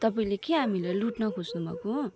तपाईँले के हामीलाई लुट्न खोज्नुभएको